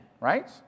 right